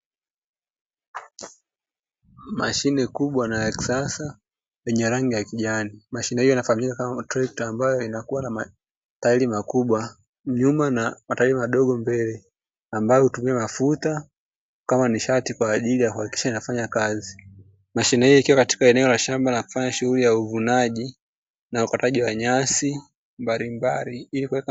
Mashine kubwa na ya kisasa yenye rangi ya kijani, mashine hiyo inafahamika kama trekta; ambayo inakuwa na matairi makubwa nyuma na matairi madogo mbele, ambayo hutumia mafuta kama nishati kwa ajili ya kuhakikisha inafanya kazi. Mashine hii ikiwa katika eneo la shamba la kufanya shughuli ya uvunaji na ukataji wa nyasi mbalimbali ili kuweka.